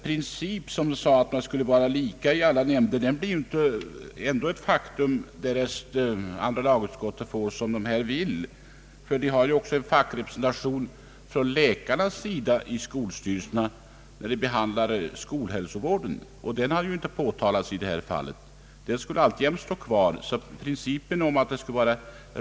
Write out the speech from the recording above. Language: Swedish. Principen att sammansättningen borde vara lika i alla nämnder blir inte tillgodosedd, därest andra lagutskottet får som det vill. Det finns ju redan en fackrepresentation från läkarnas sida, när skolhälsovården behandlas, och den har inte påtalats i det här fallet. Den representationen skulle alltjämt stå kvar.